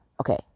Okay